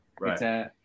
right